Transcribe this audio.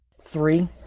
Three